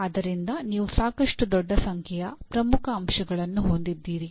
ಆದ್ದರಿಂದ ನೀವು ಸಾಕಷ್ಟು ದೊಡ್ಡ ಸಂಖ್ಯೆಯ ಪ್ರಮುಖ ಅಂಶಗಳನ್ನು ಹೊಂದಿದ್ದೀರಿ